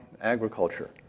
agriculture